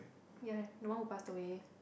ya no one who passed away